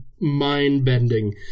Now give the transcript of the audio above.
mind-bending